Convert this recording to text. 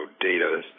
data